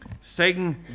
sing